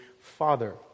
father